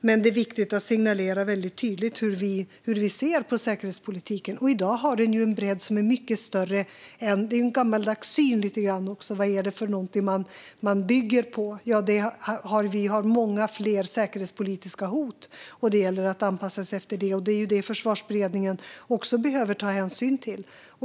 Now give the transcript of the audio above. Men det är viktigt att tydligt signalera hur vi ser på säkerhetspolitiken, och i dag har den mycket större bredd. När det gäller vad man bygger på finns en gammaldags syn. Vi har många fler säkerhetspolitiska hot, och det gäller att anpassa sig efter det. Detta behöver Försvarsberedningen också ta hänsyn till.